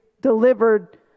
delivered